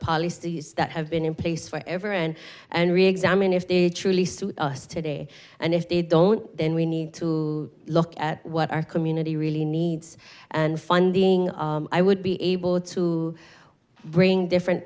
policies that have been in place for ever and and reexamine if they truly suit us today and if they don't then we need to look at what our community really needs and funding i would be able to bring different